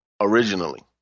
originally